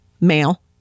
Male